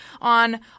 on